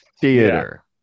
theater